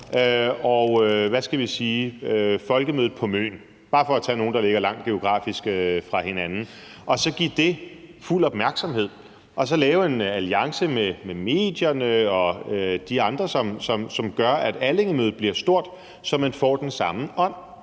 Folkemøde Møn – bare for at tage nogle, der geografisk ligger langt fra hinanden – og så give dem fuld opmærksomhed og lave en alliance med medierne og de andre, der gør, at Allingemødet bliver stort, så man får den samme ånd.